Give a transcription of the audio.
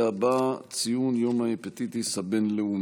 בנושא ציון יום ההפטיטיס הבין-לאומי,